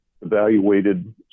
evaluated